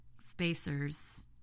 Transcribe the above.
spacers